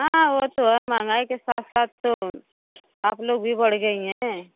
हाँ वो तो है माना के साथ साथ तो आप लोग भी बढ़ गई हैं